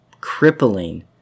crippling